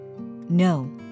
No